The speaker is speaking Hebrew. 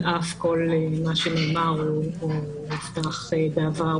על אף כל מה שנאמר או הובטח בעבר,